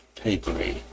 papery